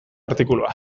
artikulua